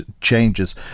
changes